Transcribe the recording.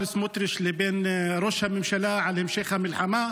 סמוטריץ' לבין ראש הממשלה על המשך המלחמה.